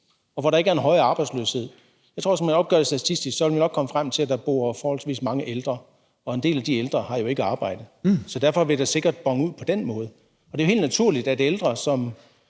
og hvor der ikke er en høj arbejdsløshed. Jeg tror, at hvis man opgør det statistisk, vil man nok komme frem til, at der bor forholdsvis mange ældre, og en del af de ældre har jo ikke arbejde, så derfor vil det sikkert bone ud på den måde. Og det er jo helt naturligt, at ældre, som